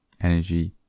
energy